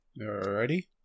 Alrighty